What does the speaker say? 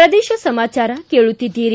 ಪ್ರದೇಶ ಸಮಾಚಾರ ಕೇಳುತ್ತಿದ್ದಿರಿ